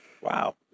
Wow